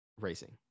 racing